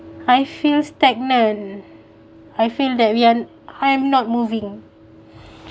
I feel stagnant I feel that we are I'm not moving